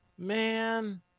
Man